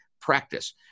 practice